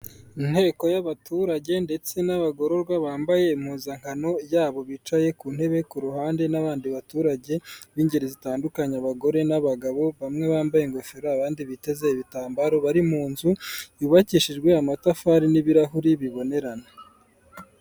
Inteko y'abaturage ndetse n'abagororwa bambaye impuzankano yabo bicaye ku ntebe ku ruhande n'abandi baturage b'ingeri zitandukanye, abagore n'abagabo bamwe bambaye ingofero abandi biteze ibitambaro bari mu nzu yubakishijwe amatafari n'ibirahuri bibonerana.